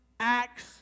Acts